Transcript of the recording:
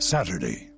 Saturday